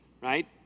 right